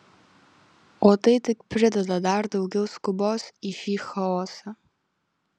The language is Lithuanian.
o tai tik prideda dar daugiau skubos į šį chaosą